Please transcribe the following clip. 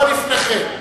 אבל לפני כן,